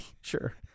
Sure